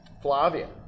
Flavia